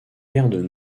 perdent